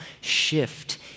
shift